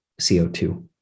CO2